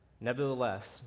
Nevertheless